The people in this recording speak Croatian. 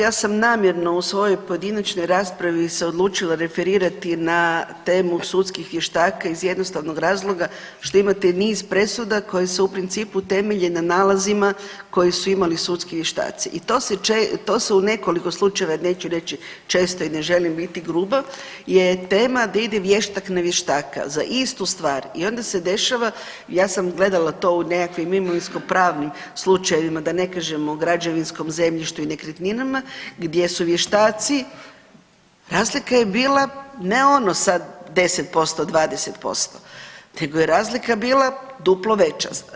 Ja sam namjerno u svojoj pojedinačnoj raspravi se odlučila referirati na temu sudskih vještaka iz jednostavnog razloga što imate niz presuda koje se u principu temelje na nalazima koje su imali sudski vještaci i to se če, to se u nekoliko slučajeva, neću reći često i ne želim biti gruba je tema da ide vještak na vještaka za istu stvar i onda se dešava, ja sam gledala to u nekakvim imovinsko pravnim slučajevima da ne kažemo građevinskom zemljištu i nekretninama gdje su vještaci, razlika je bila, ne ono sad 10%-20% nego je razlika bila duplo veća.